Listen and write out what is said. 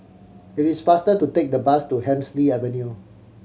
it is faster to take the bus to Hemsley Avenue